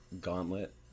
gauntlet